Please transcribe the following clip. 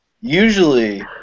usually